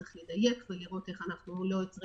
צריך לדייק ולראות איך אנחנו לא יוצרים